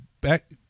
back